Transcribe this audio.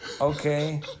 Okay